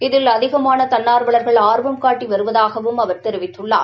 இதில் அதிகமான தன்னார்வலர்கள் ஆர்வம் காட்டி வருவதாகவும் அவர் தெரிவித்துள்ளார்